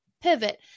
pivot